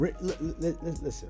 listen